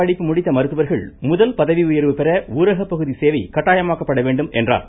படிப்பு முடித்த மருத்துவர்கள் முதல் பதவி உயர்வு பெற ஊரக பகுதி சேவை கட்டாயமாக்கப்பட வேண்டும் என்றார்